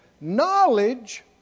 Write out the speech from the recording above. Knowledge